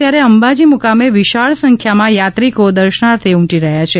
ત્યારે અંબાજી મુકામે વિશાળ સંખ્યામાં યાત્રિકો દર્શનાર્થે ઉમટી રહ્યા છે